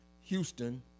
Houston